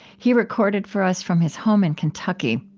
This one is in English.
he recorded for us from his home in kentucky.